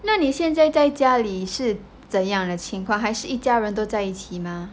那你现在家里是怎样的情况还是一家人都在一起吗